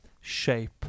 shape